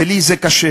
ולי זה קשה.